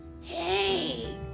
Hey